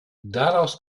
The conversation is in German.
daraus